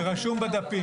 זה רשום בדפים.